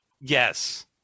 Yes